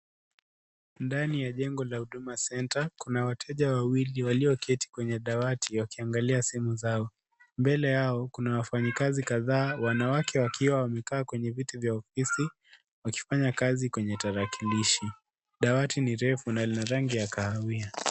Ndani ya jengo la Huduma Center kuna wateja wawili walioketi kwenye dawati wakiangalia simu zao mbele yao kuna wafanyikazi kadhaa wanawake wakiwa wamekaa kwenye viti vya ofisi wakifanya kazi kwenye tarakilishi dawati ni refu na lina rangi la kahawia.